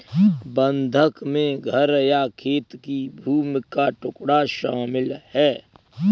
बंधक में घर या खेत की भूमि का टुकड़ा शामिल है